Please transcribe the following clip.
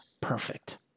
perfect